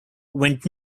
went